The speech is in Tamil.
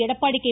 எடப்பாடி கே